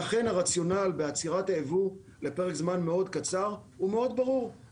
לכן הרציונל בעצירת הייבוא לפרק זמן מאוד קצר הוא מאוד ברור והוא